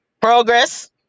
progress